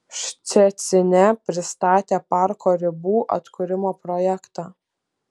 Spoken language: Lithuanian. ščecine pristatė parko ribų atkūrimo projektą